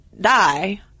die